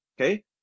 okay